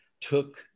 took